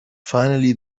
finally